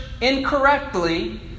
incorrectly